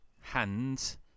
Hands